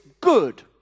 good